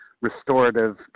restorative